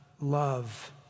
love